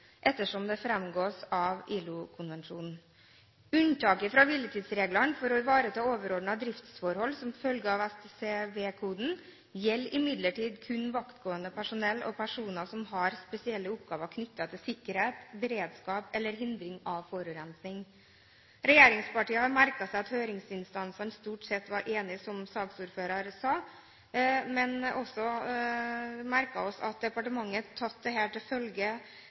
ettersom det framgår av ILO-konvensjonen. Unntaket fra hviletidsreglene for å ivareta overordnede driftsforhold som følge av STCW-koden, gjelder imidlertid kun vaktgående personell og personer som har spesielle oppgaver knyttet til sikkerhet, beredskap eller hindring av forurensing. Regjeringspartiene har merket seg at høringsinstansene stort sett var enige, som saksordføreren sa, men vi har også merket oss at departementet har tatt til følge